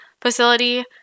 facility